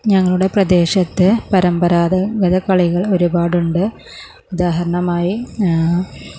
ഞങ്ങളുടെ പ്രദേശത്ത് പരമ്പരാഗത കളികൾ ഒരുപാടുണ്ട് ഉദാഹരണമായി